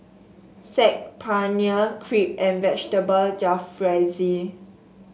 Saag Paneer Crepe and Vegetable Jalfrezi